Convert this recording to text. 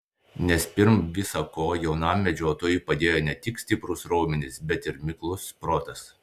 nes pirm visa ko jaunam medžiotojui padėjo ne tik stiprūs raumenys bet ir miklus protas